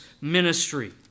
ministry